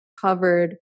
covered